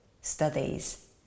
studies